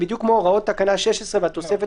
היא בדיוק כמו הוראות תקנה 16 והתוספת